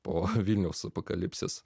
po vilniaus apokalipsės